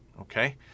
Okay